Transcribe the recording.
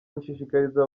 gushishikariza